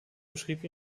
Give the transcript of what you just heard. beschrieb